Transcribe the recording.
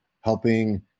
helping